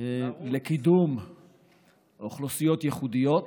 לקידום אוכלוסיות ייחודיות.